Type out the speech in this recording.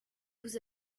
vous